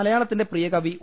മലയാളത്തിന്റെ പ്രിയകവി ഒ